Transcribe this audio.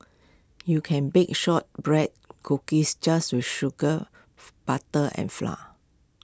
you can bake Shortbread Cookies just with sugar butter and flour